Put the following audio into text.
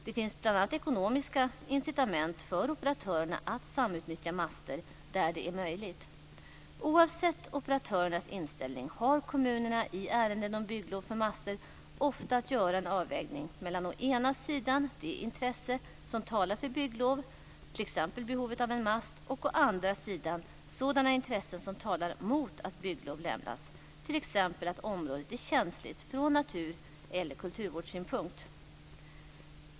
Det finns bl.a. ekonomiska incitament för operatörerna att samutnyttja master där det är möjligt. Oavsett operatörernas inställning har kommunerna i ärenden om bygglov för master ofta att göra en avvägning mellan å ena sidan det intresse som talar för bygglov, t.ex. behovet av en mast, och å andra sidan sådana intressen som talar mot att bygglov lämnas, t.ex. att området är känsligt från natur eller kulturvårdssynpunkt.